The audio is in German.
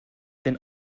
denn